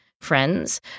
friends